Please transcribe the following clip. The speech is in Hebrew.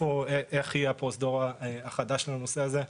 איך יהיה הפרוזדור החדש לנושא הזה?